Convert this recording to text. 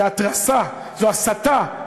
זה התרסה, זו הסתה.